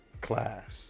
class